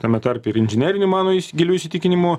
tame tarpe ir inžinerinių mano giliu įsitikinimu